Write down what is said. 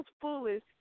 foolish